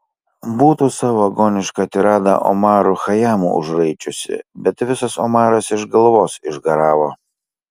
būtų savo agonišką tiradą omaru chajamu užraičiusi bet visas omaras iš galvos išgaravo